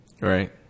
right